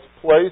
place